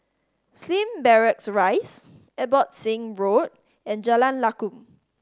Slim Barracks Rise Abbotsingh Road and Jalan Lakum